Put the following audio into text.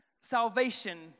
Salvation